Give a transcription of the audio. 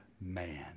man